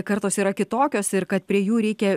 kartos yra kitokios ir kad prie jų reikia